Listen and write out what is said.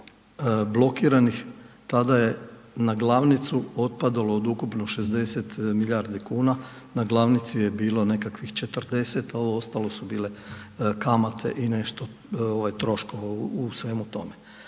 blokiranih, tada je na glavnicu otpadalo od ukupno 60 milijardi kuna, na glavnici je bilo nekakvih 40 a ovo ostalo su bile kamate i nešto troškova u svemu tome.